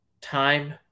Time